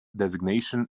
designation